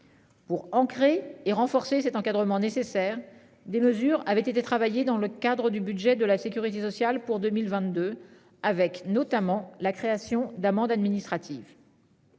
Pour ancrer et renforcer cet encadrement nécessaire des mesures avaient été travailler dans le cadre du budget de la Sécurité sociale pour 2022, avec notamment la création d'amendes administratives.